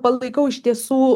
palaikau iš tiesų